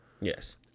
Yes